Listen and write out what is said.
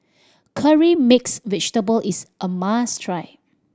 Curry Mixed Vegetable is a must try